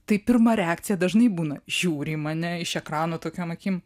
tai pirma reakcija dažnai būna žiūri į mane iš ekrano tokiom akim